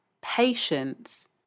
patience